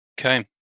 Okay